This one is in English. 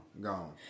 gone